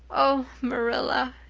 oh, marilla,